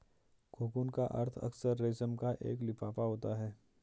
cocoon का अर्थ अक्सर रेशम का एक लिफाफा होता है